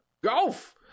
Golf